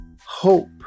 hope